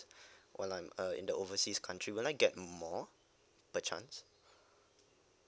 while I'm uh in the overseas country would I get more per chance